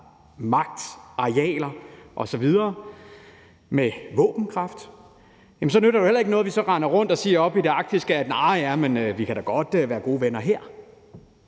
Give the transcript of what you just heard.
magt, arealer osv. med våbenkraft. Så nytter det jo ikke noget, at vi render rundt og siger, at oppe i det arktiske kan vi da godt være gode venner.